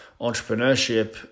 entrepreneurship